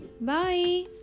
Bye